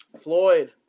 Floyd